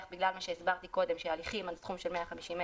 בגלל מה שהסברתי קודם שההליכים עד סכום של 150,000